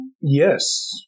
Yes